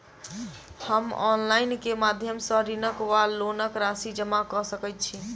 हम ऑनलाइन केँ माध्यम सँ ऋणक वा लोनक राशि जमा कऽ सकैत छी?